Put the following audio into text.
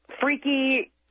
freaky